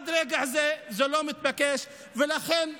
תודה רבה.